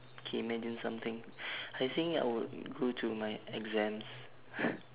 K imagine something I think I would go to my exams